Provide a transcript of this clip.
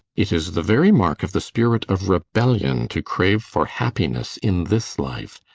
it is the very mark of the spirit of rebellion to crave for happiness in this life.